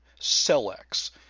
CellX